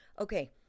Okay